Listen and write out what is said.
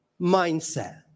mindset